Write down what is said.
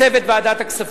לצוות ועדת הכספים,